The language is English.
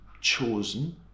chosen